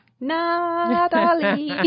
Natalie